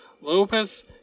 Lopez